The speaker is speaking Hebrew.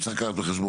זה לא שזה בל יישמע,